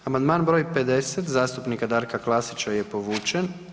Amandman br. 50 zastupnika Darka Klasića je povučen.